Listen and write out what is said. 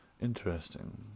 interesting